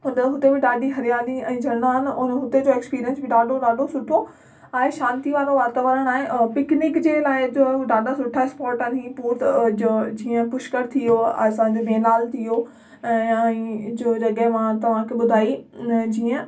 हुनजे हुते बि ॾाढी हरियाली ऐं झरनो आहे न हुतेजो एक्सपीरियंस बि ॾाढो ॾाढो सुठो ऐं शांति वारो वातावरणु आहे पिकनिक जे लाइ जो ॾाढा सुठा स्पॉट आहिनि जो जीअं पुष्कर जो असांजो मेनाल थी वियो ऐं जो जॻह मां तव्हांखे ॿुधाई न जीअं